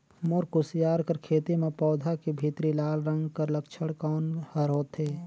मोर कुसियार कर खेती म पौधा के भीतरी लाल रंग कर लक्षण कौन कर होथे?